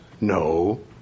no